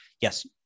yes